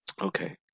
Okay